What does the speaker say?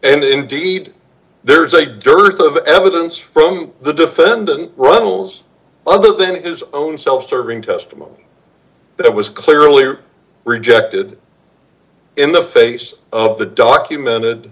and indeed there is a dearth of evidence from the defendant runnels other than his own self serving testimony that was clearly rejected in the face of the documented